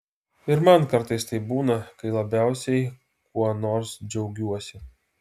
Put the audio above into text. ir man kartais taip būna kai labiausiai kuo nors džiaugiuosi